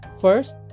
First